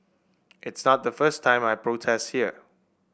it's not the first time I protest here